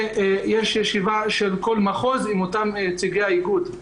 ויש ישיבה של כל מחוז עם אותם נציגי האיגוד.